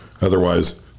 otherwise